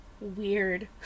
weird